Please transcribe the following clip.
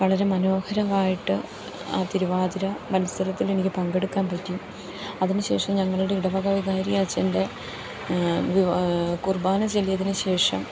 വളരെ മനോഹരമായിട്ട് ആ തിരുവാതിര മത്സരത്തിൽ എനിക്ക് പങ്കെടുക്കാൻ പറ്റി അതിനു ശേഷം ഞങ്ങളുടെ ഇടവക വികാരിയച്ഛൻ്റെ കുർബാന ചൊല്ലിയതിനു ശേഷം